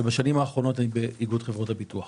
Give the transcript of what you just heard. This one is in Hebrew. ובשנים האחרונות אני באיגוד חברות הביטוח.